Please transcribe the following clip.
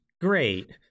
great